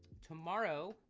tomorrow